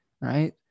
right